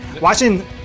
Watching